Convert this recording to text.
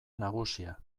nagusia